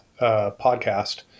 podcast